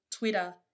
Twitter